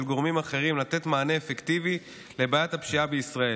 גורמים אחרים לתת מענה אפקטיבי לבעיית הפשיעה בישראל.